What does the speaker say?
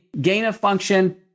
gain-of-function